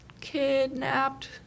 kidnapped